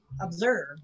observe